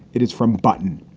it is from button.